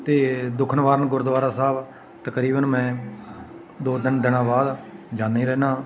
ਅਤੇ ਦੁਖਨਿਵਾਰਨ ਗੁਰਦੁਆਰਾ ਸਾਹਿਬ ਤਕਰੀਬਨ ਮੈਂ ਦੋ ਤਿੰਨ ਦਿਨਾਂ ਬਾਅਦ ਜਾਂਦੇ ਹੀ ਰਹਿੰਦਾ